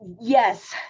Yes